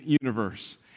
universe